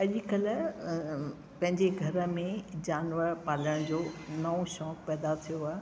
अॼुकल्ह पंहिंजे घर में जानवर पालण जो नओ शौक़ु पैदा थियो आहे